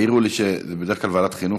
העירו לי שזה בדרך כלל בוועדת החינוך.